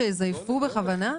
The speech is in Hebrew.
שיזייפו בכוונה?